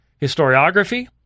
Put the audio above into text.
historiography